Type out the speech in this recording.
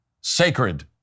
Sacred